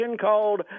called